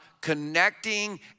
connecting